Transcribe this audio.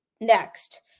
next